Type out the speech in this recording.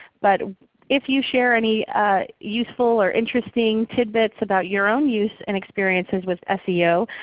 but if you share any useful or interesting tidbits about your own use and experiences with ah seo,